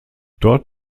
dort